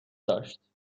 داشت